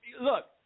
look